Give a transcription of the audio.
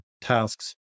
tasks